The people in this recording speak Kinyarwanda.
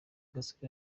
gasore